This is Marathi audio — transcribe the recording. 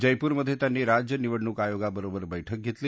जयपुरमध्ये त्यांनी राज्य निवडणूक आयोगाबरोबर बैठक घेतली